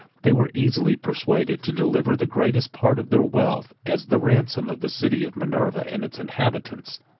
they were easily persuaded to deliver the greatest part of their wealth, as the ransom of the city of minerva and its inhabitants.